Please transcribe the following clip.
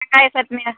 வெங்காய சட்னி